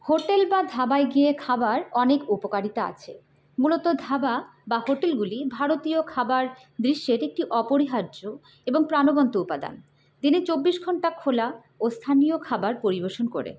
hotel বা ধাবায় গিয়ে খাবার অনেক উপকারিতা আছে মূলত ধাবা বা হোটেলগুলি ভারতীয় খাবার দৃশ্যের একটি অপরিহার্য এবং প্রাণবন্ত উপাদান দিনে চব্বিশ ঘণ্টা খোলা ও স্থানীয় খাবার পরিবেশন করে